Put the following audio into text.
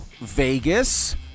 Vegas